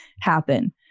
happen